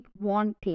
want